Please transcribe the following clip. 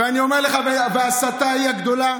אני אומר לך שההסתה היא גדולה.